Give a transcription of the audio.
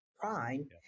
Prime